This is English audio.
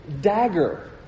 dagger